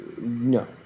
no